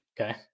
Okay